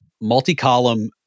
multi-column